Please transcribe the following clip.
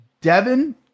Devin